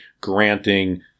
granting